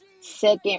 second